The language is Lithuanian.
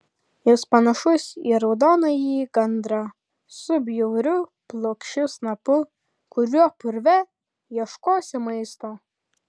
jis panašus į raudonąjį gandrą su bjauriu plokščiu snapu kuriuo purve ieškosi maisto